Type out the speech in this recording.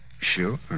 Sure